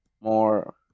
more